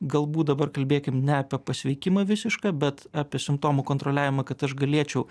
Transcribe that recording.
galbūt dabar kalbėkim ne apie pasveikimą visišką bet apie simptomų kontroliavimą kad aš galėčiau